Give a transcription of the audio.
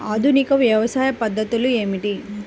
ఆధునిక వ్యవసాయ పద్ధతులు ఏమిటి?